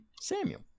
Samuel